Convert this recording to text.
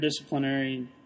interdisciplinary